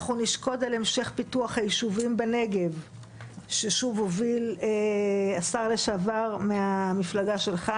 אנחנו נשקוד על המשך פיתוח היישובים בנגב שהוביל השר לשעבר מהמפלגה שלך,